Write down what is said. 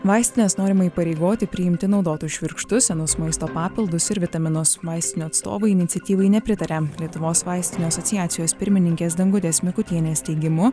vaistines norima įpareigoti priimti naudotus švirkštus senus maisto papildus ir vitaminus vaistinių atstovai iniciatyvai nepritaria lietuvos vaistinių asociacijos pirmininkės dangutės mikutienės teigimu